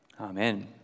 Amen